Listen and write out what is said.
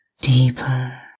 deeper